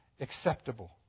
acceptable